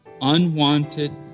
unwanted